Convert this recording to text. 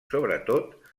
sobretot